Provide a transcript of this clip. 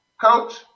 Coach